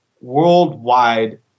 worldwide